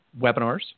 webinars